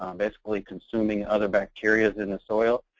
um basically consuming other bacterias in the soil.